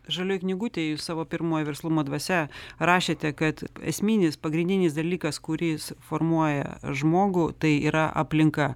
žalioj knygutė jūs savo pirmoji verslumo dvasia rašėte kad esminis pagrindinis dalykas kuris formuoja žmogų tai yra aplinka